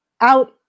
out